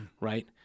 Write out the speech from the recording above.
right